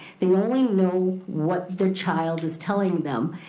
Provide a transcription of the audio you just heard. they only know what their child is telling them.